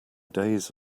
days